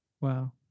Wow